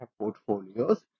portfolios